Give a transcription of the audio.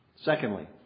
Secondly